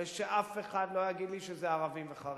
ושאף אחד לא יגיד לי שזה ערבים וחרדים,